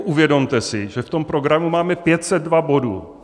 Uvědomte si, že v programu máme 502 bodů.